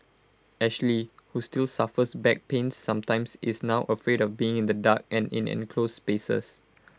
Ashley who still suffers back pains sometimes is now afraid of being in the dark and in enclosed spaces